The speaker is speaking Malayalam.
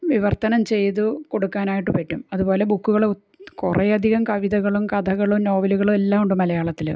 വിവർത്തനം ചെയ്തു കൊടുക്കാനായിട്ട് പറ്റും അതുപോലെ ബുക്കുകള് കുറെ അധികം കവിതകളും കഥകളും നോവലുകളും എല്ലാമുണ്ട് മലയാളത്തില്